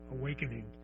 awakening